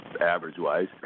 average-wise